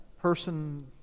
person